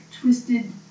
twisted